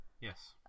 Yes